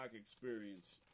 experience